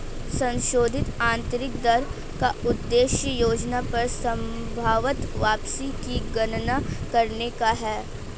संशोधित आंतरिक दर का उद्देश्य योजना पर संभवत वापसी की गणना करने का है